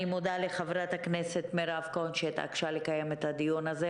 אני מודה לחברת הכנסת מירב כהן שהתעקשה לקיים את הדיון הזה,